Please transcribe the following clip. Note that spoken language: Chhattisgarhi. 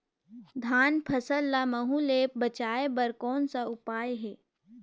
धान फसल ल महू ले बचाय बर कौन का उपाय हे?